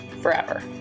forever